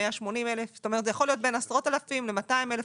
180,000. זה יכול להיות בין עשרות אלפים ל-200,000.